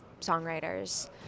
songwriters